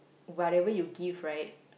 whatever you give right